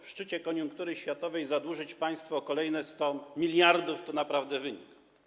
W szczycie koniunktury światowej zadłużyć państwo o kolejne 100 mld to naprawdę wynik.